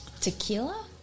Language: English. Tequila